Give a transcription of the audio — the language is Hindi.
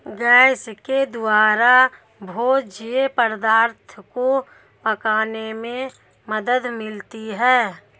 गैस के द्वारा भोज्य पदार्थो को पकाने में मदद मिलती है